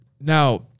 Now